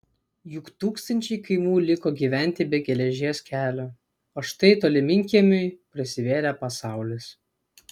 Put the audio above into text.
juk tūkstančiai kaimų liko gyventi be geležies kelio o štai tolminkiemiui prasivėrė pasaulis